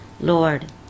Lord